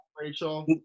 Rachel